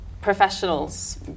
Professionals